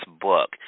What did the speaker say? book